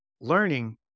learning